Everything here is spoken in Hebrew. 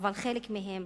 אבל חלק מהם,